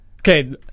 Okay